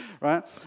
right